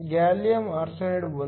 gallium arsenide 1